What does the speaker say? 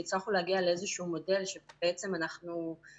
והצלחנו להגיע לאיזשהו מודל שבו אנחנו מייצרים